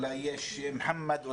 אולי יש מוחמד,